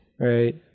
right